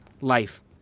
life